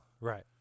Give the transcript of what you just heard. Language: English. Right